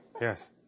Yes